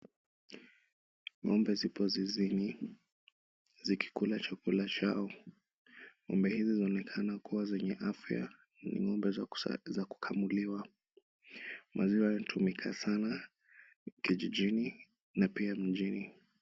Ng'ombe zipo zizini zikikula chakula chao. Ng'ombe hizi zinaonekana kuwa zenye afya na ng'ombe za kukamuliwa. Maziwa yanatumika sana kijijini na pia mjini.